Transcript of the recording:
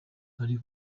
ari